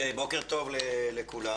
בוקר טוב לכולם,